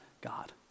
God